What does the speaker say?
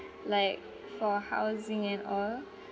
like for housing and all